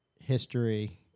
history